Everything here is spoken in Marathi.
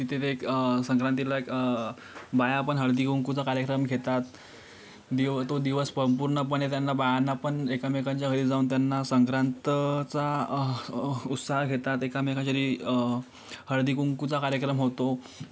तिथे ते संक्रांतीला एक बाया पण हळदीकुंकूचा कार्यक्रम घेतात दीव तो दिवस पण पूर्णपणे त्यांना बायांना पण एकमेकांच्या घरी जाऊन त्यांना संक्रांतचा उत्साह घेतात त्यांना एकमेकांच्या घरी हळदीकुंकूचा कार्यक्रम होतो